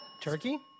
Turkey